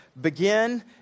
begin